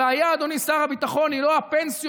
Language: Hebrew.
הבעיה, אדוני שר הביטחון, היא לא הפנסיות,